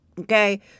Okay